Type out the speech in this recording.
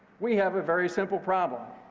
we have a very simple problem.